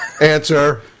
answer